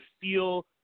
feel